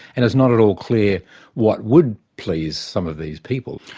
and it's not at all clear what would please some of these people.